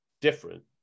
different